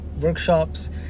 workshops